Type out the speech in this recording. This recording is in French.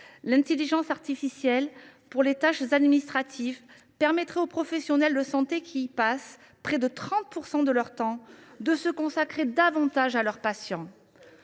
l’intelligence artificielle pour les tâches administratives permettrait aux professionnels de santé, qui y passent près de 30 % de leur temps, de se consacrer davantage à leurs patients.